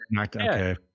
Okay